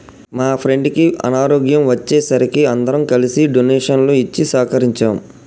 మా ఫ్రెండుకి అనారోగ్యం వచ్చే సరికి అందరం కలిసి డొనేషన్లు ఇచ్చి సహకరించాం